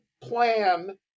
plan